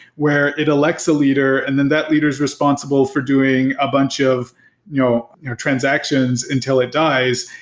where it elects a leader and then that leader s responsible for doing a bunch of you know transactions until it dies.